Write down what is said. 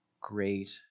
great